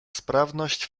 sprawność